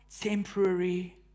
temporary